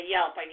Yelp